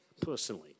personally